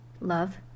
Love